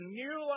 new